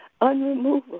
unremovable